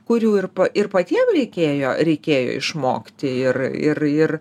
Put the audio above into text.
kurių ir ir patiem reikėjo reikėjo išmokti ir ir ir